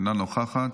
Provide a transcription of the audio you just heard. אינה נוכחת.